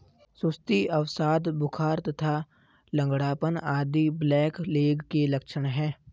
सुस्ती, अवसाद, बुखार तथा लंगड़ापन आदि ब्लैकलेग के लक्षण हैं